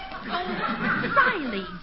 Riley